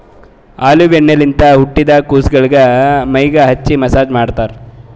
olive ಎಣ್ಣಿಲಿಂತ್ ಹುಟ್ಟಿದ್ ಕುಸಗೊಳಿಗ್ ಮೈಗ್ ಹಚ್ಚಿ ಮಸ್ಸಾಜ್ ಮಾಡ್ತರ್